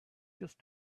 just